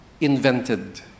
invented